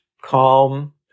calm